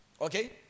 Okay